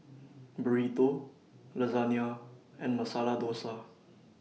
Burrito Lasagne and Masala Dosa